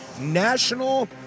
National